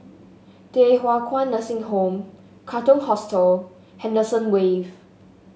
Thye Hua Kwan Nursing Home Katong Hostel Henderson Wave